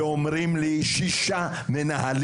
איזה תשתית יש שם בבתי הספר?